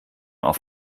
auf